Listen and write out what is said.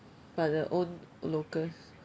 but the own locals